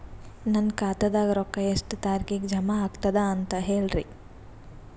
ನನ್ನ ಖಾತಾದಾಗ ರೊಕ್ಕ ಎಷ್ಟ ತಾರೀಖಿಗೆ ಜಮಾ ಆಗತದ ದ ಅಂತ ಹೇಳರಿ?